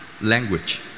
language